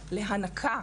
להנקה,